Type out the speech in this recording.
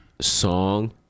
song